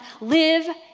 live